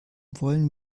wollen